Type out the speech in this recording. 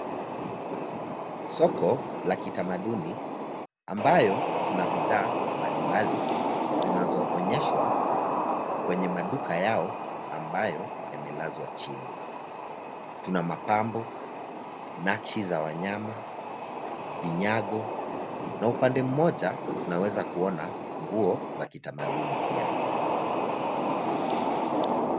Soko la kitamaduni ambayo tuna bidhaa mbalimbali zinazoonyeshwa kwenye maduka yao ambayo yamelazwa chini. Tuna mapambo, nakshi za wanyama, vinyago na upande moja tunaweza kuona nguo za kitamaduni pia.